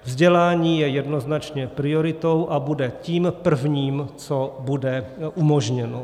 Vzdělání je jednoznačně prioritou a bude tím prvním, co bude umožněno.